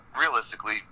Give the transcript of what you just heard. realistically